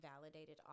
validated